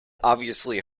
obviously